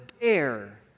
dare